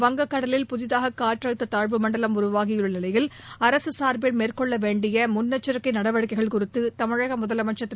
வங்கக்கடலில் புதிதாக னற்றழுத்த தாழ்வு மண்டலம் உருவாகியுள்ள நிலையில் அரசு மேற்கொள்ள வேண்டிய முன்னெச்சிக்கை நடவடிக்கைகள் குறித்து தமிழக முதலமைச்ள் திரு